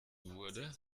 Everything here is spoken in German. wurde